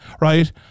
right